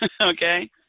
okay